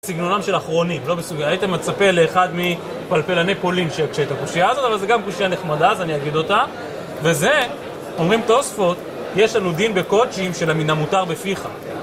סגנונם של אחרונים, הייתם מצפה לאחד פלפלני פולין שיקשה את הקושייה הזאת, אבל זו גם קושייה נחמדה, אז אני אגיד אותה. וזה, אומרים תוספות, יש לנו דין בקודשים של המין המותר בפיך.